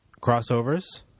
crossovers